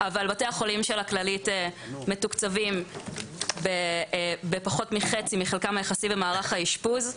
בתי החולים של הכללית מתוקצבים בפחות מחצי מחלקם היחסי במערך האשפוז,